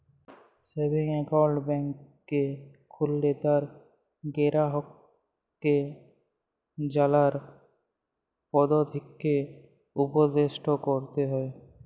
savings account ব্যাংকে খুললে তার গেরাহককে জালার পদধতিকে উপদেসট ক্যরতে হ্যয়